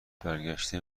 برگشته